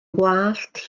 wallt